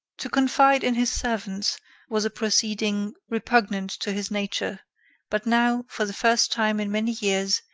to confide in his servants was a proceeding repugnant to his nature but now, for the first time in many years,